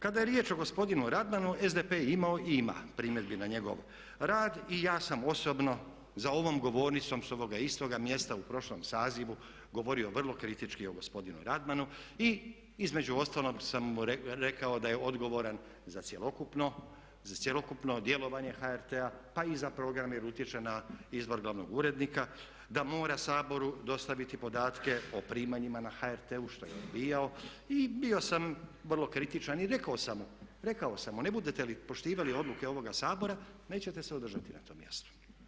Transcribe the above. Kada je riječ o gospodinu Radmanu SDP je imao i ima primjedbi na njegov rad i ja sam osobno za ovom govornicom s ovoga istoga mjesta u prošlom sazivu govorio vrlo kritički o gospodinu Radmanu i između ostalog sam mu rekao da je odgovoran za cjelokupno djelovanje HRT-a pa i za program jer utječe na izbor glavnog urednika, da mora Saboru dostaviti podatke o primanjima na HRT-u što je odbijao i bio sam vrlo kritičan i rekao sam mu ne budete li poštivali odluke ovoga Sabora nećete se održati na tome mjestu.